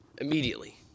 immediately